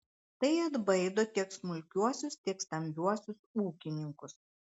tai atbaido tiek smulkiuosius tiek stambiuosius ūkininkus